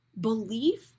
belief